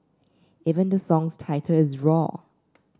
even the song's title is roar